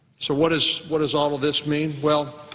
so what does what does all of this mean? well,